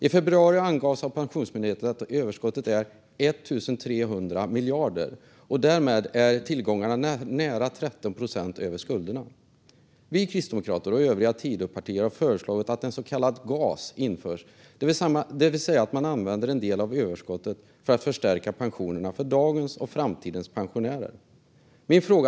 I februari angav Pensionsmyndigheten att överskottet är 1 300 miljarder, och därmed är tillgångarna nära 13 procent större än skulderna. Vi kristdemokrater och övriga Tidöpartier har föreslagit att en så kallad gas införs, det vill säga att man använder en del av överskottet för att förstärka pensionerna för dagens och framtidens pensionärer.